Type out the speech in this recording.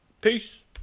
Peace